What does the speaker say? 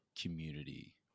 community